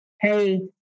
hey